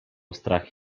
strach